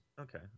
Okay